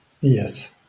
Yes